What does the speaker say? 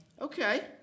Okay